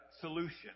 solution